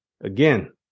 Again